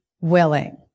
willing